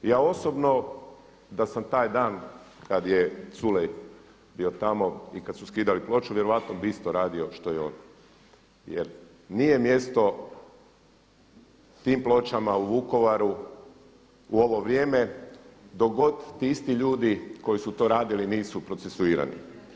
Ja osobno da sam taj dan kada je Culej bio tamo i kada su skidali ploču vjerojatno bi isto radio što i on jer nije mjesto tim pločama u Vukovaru u ovo vrijeme dok god ti isti ljudi koji su to radili nisu procesuirani.